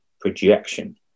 Projection